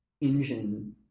engine